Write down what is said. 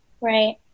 Right